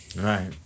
Right